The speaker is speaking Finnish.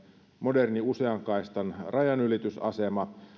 moderni usean kaistan rajanylitysasema